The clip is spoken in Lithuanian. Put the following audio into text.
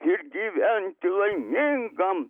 ir gyventi laimingam